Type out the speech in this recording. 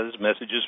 Messages